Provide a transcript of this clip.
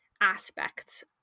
aspects